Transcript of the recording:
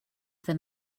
than